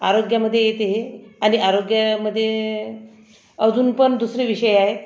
आरोग्यामध्ये येते हे आणि आरोग्यामध्ये अजून पण दुसरे विषय आहेत